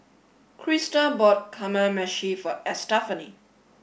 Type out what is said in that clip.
Crista bought Kamameshi for Estefany